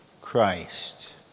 Christ